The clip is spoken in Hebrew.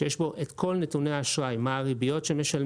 ויש בו את כל נתוני האשראי מה הריביות שמשלמים,